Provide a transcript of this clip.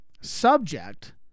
subject